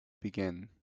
begin